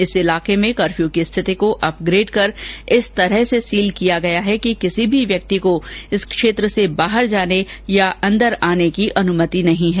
इस क्षेत्र में कर्फ्यू की स्थिति को अपग्रेड कर इस तरह से सील किया गया है कि किसी भी व्यक्ति को इस क्षेत्र से बाहर जाने तथा अंदर आने की अनुमति नहीं है